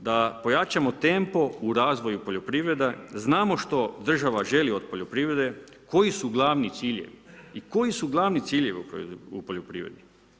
da pojačamo tempo u razvoju poljoprivrede, znamo što država želi od poljoprivrede, koji su glavni ciljevi i koji su glavni ciljevi u poljoprivredi.